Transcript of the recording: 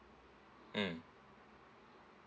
mm